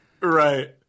Right